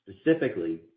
Specifically